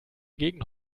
gegen